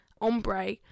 ombre